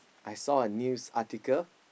I saw a news article